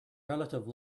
relative